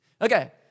Okay